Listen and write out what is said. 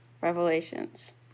Revelations